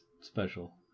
special